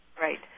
Right